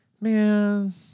man